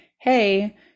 hey